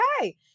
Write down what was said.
okay